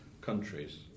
countries